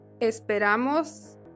Esperamos